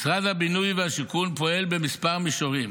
משרד הבינוי והשיכון פועל בכמה מישורים: